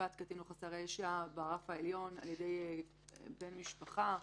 תקיפת קטין או חסר ישע ברף העליון על-ידי בן משפחה.